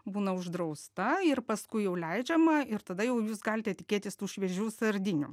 būna uždrausta ir paskui jau leidžiama ir tada jau jūs galite tikėtis tų šviežių sardinių